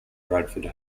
bradford